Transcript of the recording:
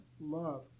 love